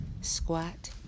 squat